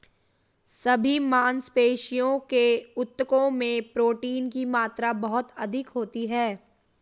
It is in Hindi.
सभी मांसपेशियों के ऊतकों में प्रोटीन की मात्रा बहुत अधिक होती है